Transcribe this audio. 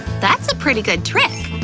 that's a pretty good trick!